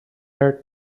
her